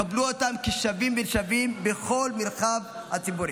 קבלו אותם כשווים בין שווים בכל המרחב הציבורי.